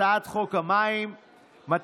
הצעת חוק המים (תיקון,